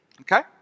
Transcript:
okay